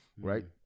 right